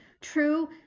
true